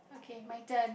okay my turn